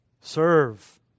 Serve